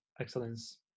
excellence